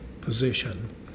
position